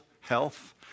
health